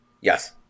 Yes